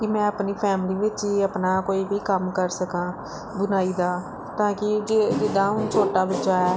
ਕਿ ਮੈਂ ਆਪਣੀ ਫੈਮਲੀ ਵਿੱਚ ਹੀ ਆਪਣਾ ਕੋਈ ਵੀ ਕੰਮ ਕਰ ਸਕਾਂ ਬੁਣਾਈ ਦਾ ਤਾਂ ਕਿ ਜੇ ਜਿੱਦਾਂ ਹੁਣ ਛੋਟਾ ਬੱਚਾ ਹੈ